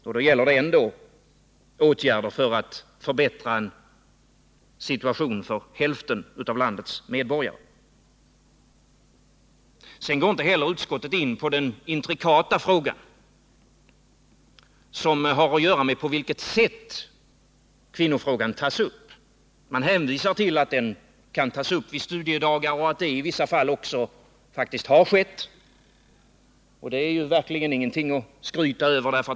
Ändå gäller det åtgärder för att förbättra situationen för hälften av landets medborgare. Utskottet går inte in på det intrikata problemet på vilket sätt kvinnofrågan tas upp. Utskottet hänvisar till att den kan tas upp vid studiedagar och att så i vissa fall faktiskt också har skett. Det är verkligen ingenting att skryta över.